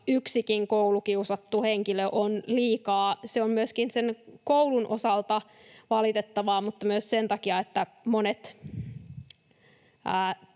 Yksikin koulukiusattu henkilö on liikaa. Se on myöskin sen koulun osalta valitettavaa mutta myös sen takia, että monet